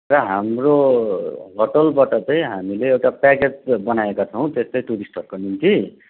र हाम्रो होटेलबाट चाहिँ हामीले एउटा प्याकेज बनाएका छौँ त्यस्तो टुरिस्टहरूको निम्ति